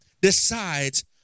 decides